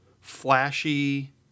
flashy